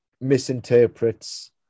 misinterprets